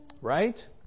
Right